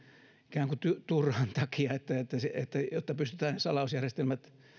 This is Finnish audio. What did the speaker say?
ikään kuin turhan takia jotta pystytään salausjärjestelmät